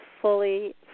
fully